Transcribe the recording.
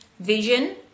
vision